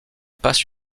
passe